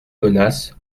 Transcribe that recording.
menace